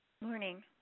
Morning